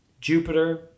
Jupiter